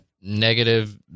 negative